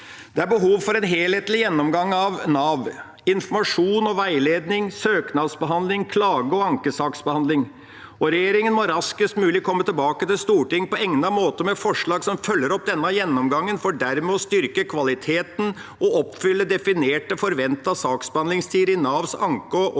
Det er behov for en helhetlig gjennomgang av Nav – informasjon, veiledning, søknadsbehandling og klageog ankesaksbehandling. Regjeringa må raskest mulig komme tilbake til Stortinget på egnet måte med forslag som følger opp denne gjennomgangen, for dermed å styrke kvaliteten og oppfylle definerte, forventede saksbehandlingstider i Navs anke- og klagesaksbehandling.